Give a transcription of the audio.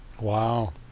Wow